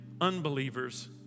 unbelievers